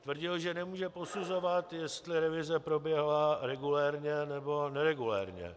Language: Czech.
Tvrdil, že nemůže posuzovat, jestli revize proběhla regulérně, nebo neregulérně.